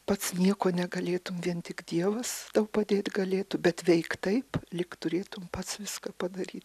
pats nieko negalėtum vien tik dievas tau padėt galėtų bet veikt taip lyg turėtum pats viską padaryti